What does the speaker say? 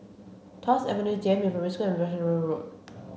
Tuas Avenue Jiemin Primary School and Veerasamy Road